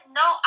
no